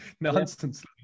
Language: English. nonsense